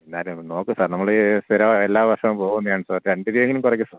എന്നാലും നോക്കു സാര് നമ്മൾ ഈ സ്ഥിരം എല്ലാ വര്ഷവും പോകുന്നത് ആണ് സാര് രണ്ടു രൂപയെങ്കിലും കുറയ്ക്കു സാര്